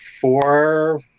four